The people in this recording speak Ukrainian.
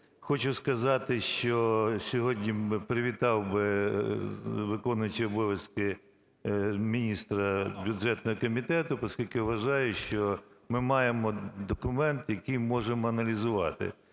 Хочу сказати, що сьогодні ми… привітав би виконуючого обов'язки міністра бюджетного комітету, оскільки вважаю, що ми маємо документ, який можемо аналізувати.